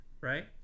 right